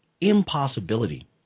impossibility